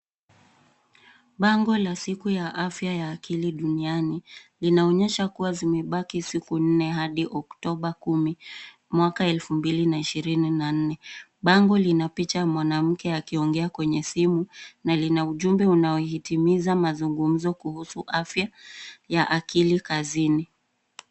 Bango la siku ya afya ya akili duniani, linaonyesha kuwa zimebaki siku nne hadi oktoba kumi mwaka elfu mbili na ishirini na nne. Bango lina picha ya mwanamke akiongea kwenye simu na lina ujumbe unaohitimiza mazungumzo kuhusu afya ya akili kazini.